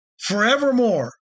forevermore